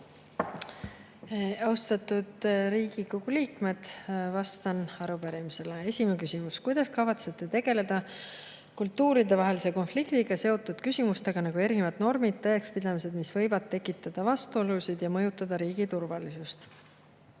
Austatud Riigikogu liikmed! Vastan arupärimisele. Esimene küsimus: "Kuidas kavatsete tegeleda kultuuridevahelise konfliktiga seotud küsimustega, nagu erinevad normid ja tõekspidamised, mis võivad tekitada vastuolusid ja mõjutada riigi turvalisust?"